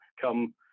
come